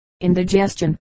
indigestion